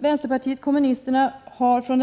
Vpk har